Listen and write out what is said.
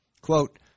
Quote